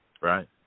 right